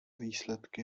výsledky